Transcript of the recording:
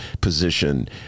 position